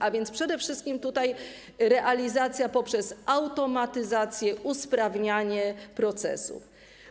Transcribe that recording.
A więc przede wszystkim realizacja poprzez automatyzację, usprawnianie procesów.